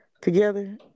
together